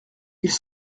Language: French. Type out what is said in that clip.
ils